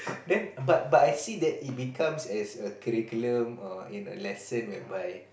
then but but I see that it becomes as a curriculum or a lesson whereby